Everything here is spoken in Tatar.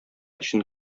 өчен